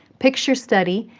picture study,